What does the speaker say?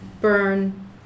burn